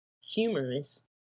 humorous